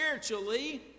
spiritually